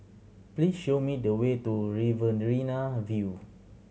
please show me the way to Riverina View